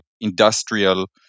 industrial